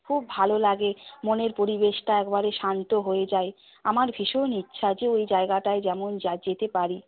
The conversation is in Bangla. খুব ভালো লাগে মনের পরিবেশটা একবারে শান্ত হয়ে যায় আমার ভীষণ ইচ্ছা যে ওই জায়গাটায় যেমন যেতে পারি